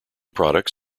products